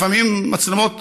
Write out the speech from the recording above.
לפעמים מצלמות,